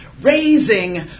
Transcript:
raising